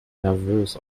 nervös